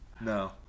no